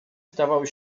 stawały